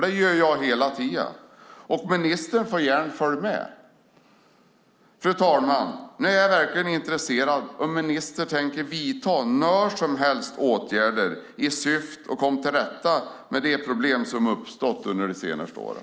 Det gör jag hela tiden, och ministern får gärna följa med. Fru talman! Nu är jag verkligen intresserad av att höra om ministern tänker vidta några som helst åtgärder i syfte att komma till rätta med de problem som uppstått under de senaste åren.